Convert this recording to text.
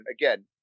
again